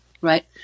right